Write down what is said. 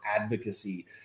advocacy